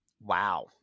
Wow